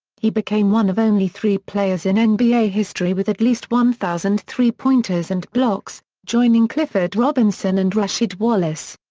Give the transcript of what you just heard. he became one of only three players in and nba history with at least one thousand three pointers and blocks, joining clifford robinson and rasheed wallace.